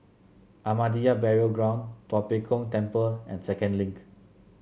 Ahmadiyya Burial Ground Tua Pek Kong Temple and Second Link